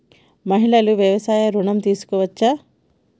మహిళలు వ్యవసాయ ఋణం తీసుకోవచ్చా?